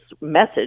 message